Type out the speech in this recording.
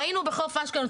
ראינו בחוף כרמל,